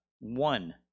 one